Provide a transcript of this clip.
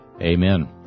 Amen